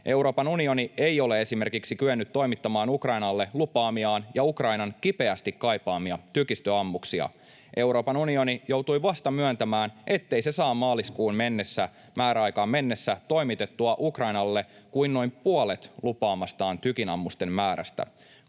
Euroopan unioni ei ole esimerkiksi kyennyt toimittamaan Ukrainalle lupaamiaan ja Ukrainan kipeästi kaipaamia tykistöammuksia. Euroopan unioni joutui vasta myöntämään, ettei se saa maaliskuun määräaikaan mennessä toimitettua Ukrainalle kuin noin puolet lupaamastaan tykinammusten määrästä.